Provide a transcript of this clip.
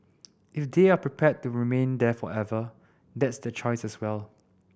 if they are prepared to remain there forever that's their choice as well